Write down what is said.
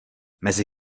mezi